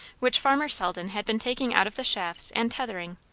which farmer selden had been taking out of the shafts and tethering,